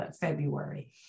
February